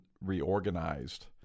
reorganized